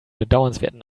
bedauernswerten